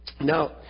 now